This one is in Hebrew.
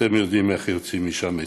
אתם יודעים איך יוצאים משם מתוסכלים.